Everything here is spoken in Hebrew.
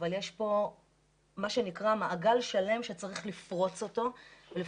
אבל יש פה מעגל שלם שצריך לפרוץ אותו' ולפני